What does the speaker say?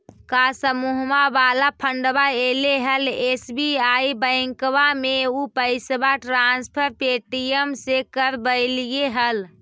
का समुहवा वाला फंडवा ऐले हल एस.बी.आई बैंकवा मे ऊ पैसवा ट्रांसफर पे.टी.एम से करवैलीऐ हल?